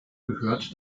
gehört